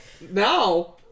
now